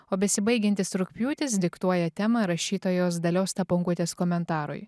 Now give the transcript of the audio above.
o besibaigiantis rugpjūtis diktuoja temą rašytojos dalios staponkutės komentarui